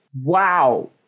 wow